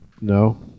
No